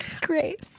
great